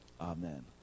Amen